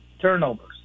turnovers